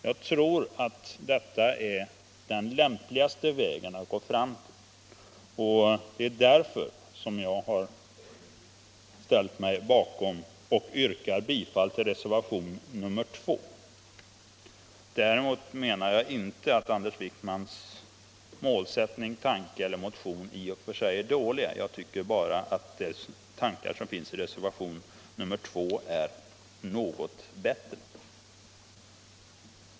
Jag tror att detta är den lämpligaste vägen att gå fram, och det är därför som jag har ställt mig bakom och yrkar bifall till reservationen 2. Däremot menar jag inte att Anders Wijkmens målsättning, tanke eller motion i och för sig är dåliga. Jag tycker bara att de tankar som finns i reservation nr 2 är något bättre.